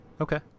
Okay